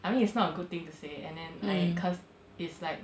I mean it's not a good thing to say and then like cause it's like